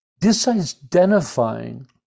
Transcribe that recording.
disidentifying